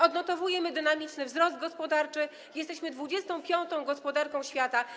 Odnotowujemy dynamiczny wzrost gospodarczy, jesteśmy 25. gospodarką świata.